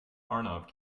arnav